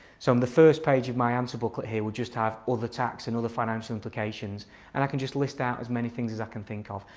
so the first page in my answer booklet here would just have other tax and other financial implications and i can just list out as many things as i can think of.